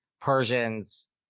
Persians